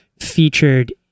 featured